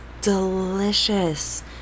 delicious